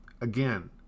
Again